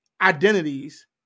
identities